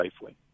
safely